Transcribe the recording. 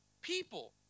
people